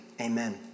amen